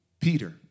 Peter